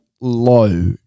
low